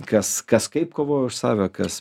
kas kas kaip kovoja už save kas